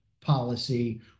policy